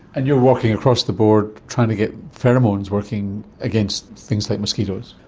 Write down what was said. and you're working across the board trying to get pheromones working against things like mosquitoes.